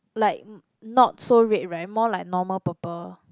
like not so red right more like normal purple